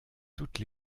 toutes